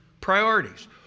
Priorities